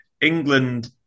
England